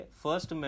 first